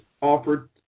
offered